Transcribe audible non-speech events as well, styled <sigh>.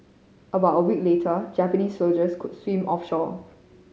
about a week later Japanese soldiers could swim <unintelligible>